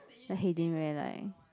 he didn't really like